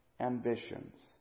ambitions